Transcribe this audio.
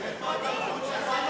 המיועדת, יולי תמיר.